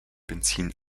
benzin